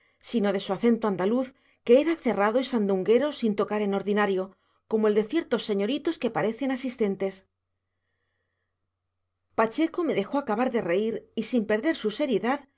sino de su acento andaluz que era cerrado y sandunguero sin tocar en ordinario como el de ciertos señoritos que parecen asistentes pacheco me dejó acabar de reír y sin perder su seriedad